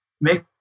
Make